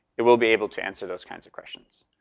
it will be able to answer those kinds of questions.